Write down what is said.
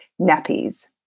nappies